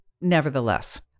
Nevertheless